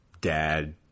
dad